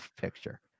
picture